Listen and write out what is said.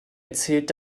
erzählt